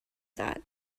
that